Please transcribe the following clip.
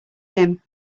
him